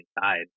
inside